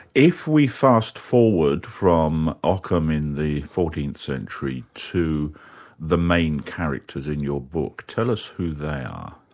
if we fast-forward from ockham in the fourteenth century to the main characters in your book, tell us who they are.